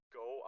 go